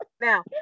Now